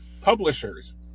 publishers